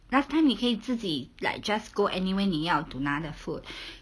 last time 你可以自己 like just go anywhere 你要 to 拿的 food